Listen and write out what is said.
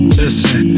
listen